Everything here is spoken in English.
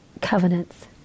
covenants